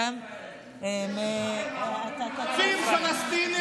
אין ערביי ישראל.